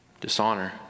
dishonor